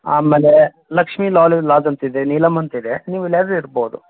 ಆಮೇಲೆ ಲಕ್ಷ್ಮಿ ಲಾಲ್ ಲಾಡ್ಜ್ ಅಂತಿದೆ ನೀಲಮ್ ಅಂತಿದೆ ನೀವು ಎಲ್ಲಾದರು ಇರ್ಬೋದು